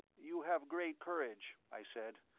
you have great courage, i said.